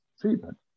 treatment